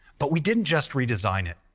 but we didn't just redesign it.